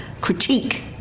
critique